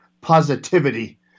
positivity